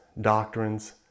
doctrines